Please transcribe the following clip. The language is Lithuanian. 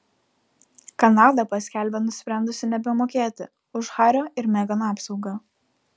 kanada paskelbė nusprendusi nebemokėti už hario ir megan apsaugą